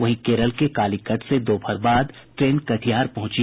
वहीं केरल के कालीकट से दोपहर बाद ट्रेन कटिहार पहुंची